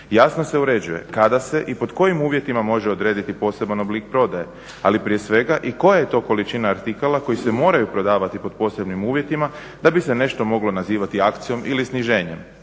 Jasno se uređuje kada se i pod kojim uvjetima može odrediti poseban oblik prodaje, ali prije svega i koja je to količina artikala koji se moraju prodavati pod posebnim uvjetima da bi se nešto moglo nazivati akcijom ili sniženjem.